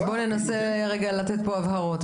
אז ננסה לתת הבהרות.